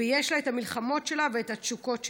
ויש לה את המלחמות שלה ואת התשוקות שלה.